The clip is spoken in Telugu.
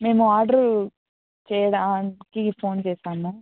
మేము ఆర్డరు చేయడానికి ఫోన్ చేశాము